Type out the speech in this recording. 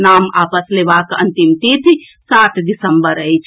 नाम वापस लेबाक अंतिम तिथि सात दिसम्बर अछि